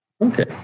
Okay